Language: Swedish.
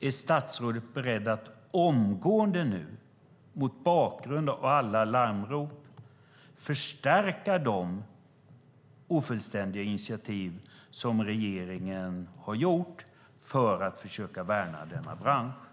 Är statsrådet beredd att omgående, mot bakgrund av alla larmrop, förstärka de ofullständiga initiativ som regeringen har tagit för att försöka värna denna bransch?